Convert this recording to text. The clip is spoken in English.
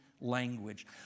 language